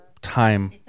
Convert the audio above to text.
time